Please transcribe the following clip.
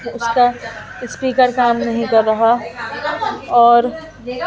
اس کا اسپیکر کام نہیں کر رہا اور